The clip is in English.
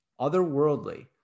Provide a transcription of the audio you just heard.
Otherworldly